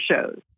shows